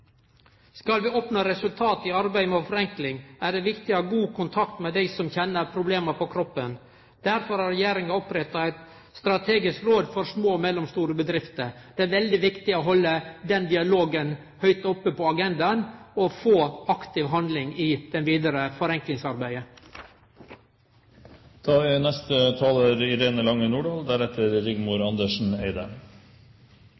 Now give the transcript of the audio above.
Skal vi oppnå resultat i arbeidet med forenkling, er det viktig å ha god kontakt med dei som kjenner problema på kroppen. Derfor har regjeringa oppretta Strategisk råd for små og mellomstore bedrifter. Det er veldig viktig å halde den dialogen høgt oppe på agendaen og få aktiv handling i det vidare forenklingsarbeidet. Det er